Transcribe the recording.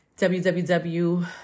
www